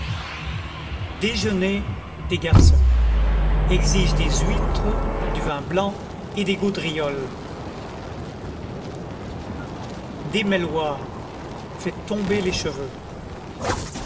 déjeuner des garçons exige des huîtres du vin blanc et des gaudrioles démêloir fait tomber les cheveux